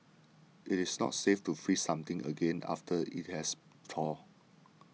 it is not safe to freeze something again after it has thawed